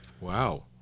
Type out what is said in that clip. Wow